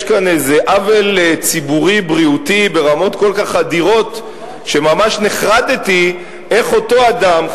כאן עוול ציבורי-בריאותי ברמות כל כך גדולות שממש נחרדתי איך אותו אדם,